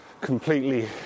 completely